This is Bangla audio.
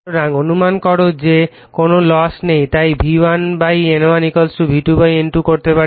সুতরাং অনুমান করো যে কোন লস নেই তাই V1 N1 V2 N2 করতে পারে